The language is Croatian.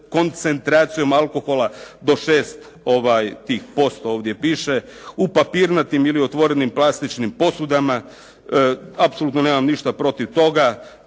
koncentracijom alkohola do 6 tih posto ovdje piše u papirnatim ili otvorenim plastičnim posudama. Apsolutno nemam ništa protiv toga.